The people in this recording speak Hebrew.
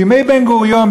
בימי בן-גוריון,